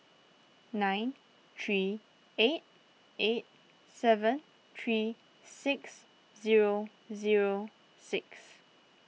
nine three eight eight seven three six zero zero six